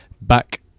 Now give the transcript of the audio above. back